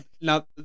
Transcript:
Now